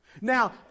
Now